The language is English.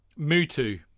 Mutu